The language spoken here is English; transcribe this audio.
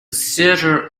theater